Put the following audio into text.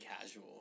casual